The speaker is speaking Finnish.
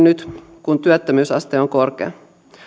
nyt kun työttömyysaste on korkea